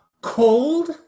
cold